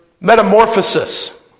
metamorphosis